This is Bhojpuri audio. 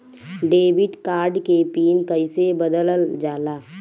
डेबिट कार्ड के पिन कईसे बदलल जाला?